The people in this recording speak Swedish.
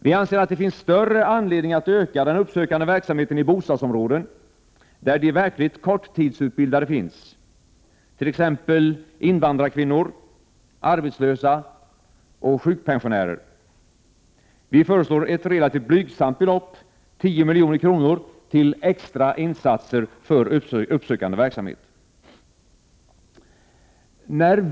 Vidare anser vi att det finns större anledning att utöka den uppsökande verksamheten i de bostadsområden där de verkligt korttidsutbildade finns, t.ex. invandrarkvinnor, arbetslösa och sjukpensionärer. Vi föreslår att ett relativt blygsamt belopp — nämligen 10 milj.kr. — anslås till extra insatser för uppsökande verksamhet.